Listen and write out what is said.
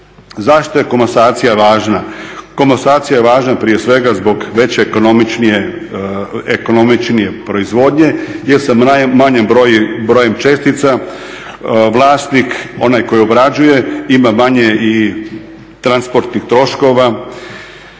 Zašto je komasacija važna? Komasacija je važna prije svega zbog veće ekonomičnije proizvodnje jer sa manjim brojem čestica vlasnik, onaj koji obrađuje ima manje i transportnih troškova.